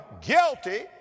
guilty